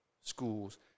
schools